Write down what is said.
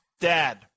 dad